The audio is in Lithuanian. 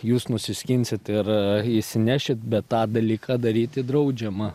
jūs nusiskinsit ir išsinešit bet tą dalyką daryti draudžiama